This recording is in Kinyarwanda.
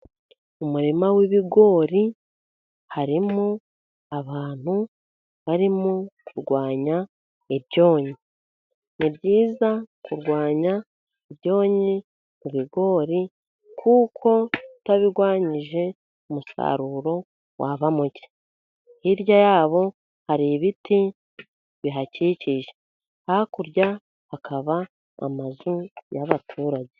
Umuririma w'ibigori harimo abantu barimo kurwanya ibyonnyi. Ni byiza kurwanya ibyonnyi mu bigori kuko utabirwanyije, umusaruro waba muke. Hirya yabo hari ibiti bihakikije. Hakurya hakaba amazu y'abaturage.